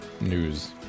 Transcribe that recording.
news